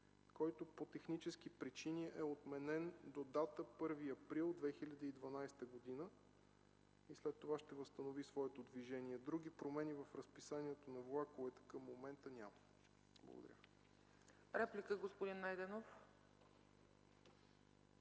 който по технически причини е отменен до дата 1 април 2012 г. След това той ще възстанови своето движение. Други промени в разписанието на влаковете към момента няма. Благодаря. ПРЕДСЕДАТЕЛ ЦЕЦКА